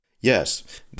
Yes